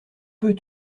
peux